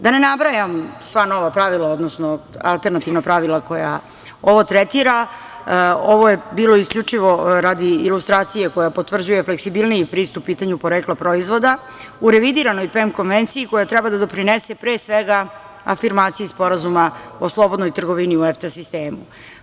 Da ne nabrajam sva nova pravila, odnosno alternativna pravila koja ovo tretira, ovo je bilo isključivo radi ilustracije koja potvrđuje fleksibilniji pristup pitanju porekla proizvoda, u revidiranoj PEM konvenciji, koja treba da doprinese pre svega afirmaciji Sporazuma o slobodnoj trgovini u EFTA sistemu.